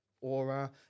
aura